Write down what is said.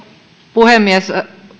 puhemies